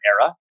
era